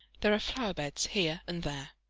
there are flower-beds here and there.